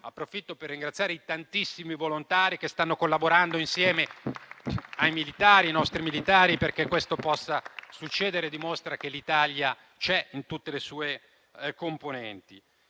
Approfitto per ringraziare i tantissimi volontari che stanno collaborando, insieme ai militari, ai nostri militari, perché questo possa succedere. Ciò dimostra che l'Italia c'è, in tutte le sue componenti.